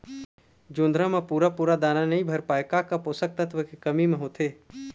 जोंधरा म पूरा पूरा दाना नई भर पाए का का पोषक तत्व के कमी मे होथे?